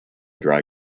dry